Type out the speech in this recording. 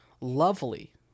lovely